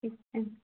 ठीक छै